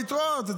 ביתרות העו"ש?